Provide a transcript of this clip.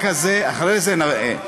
אחרי זה נראה.